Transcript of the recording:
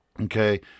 Okay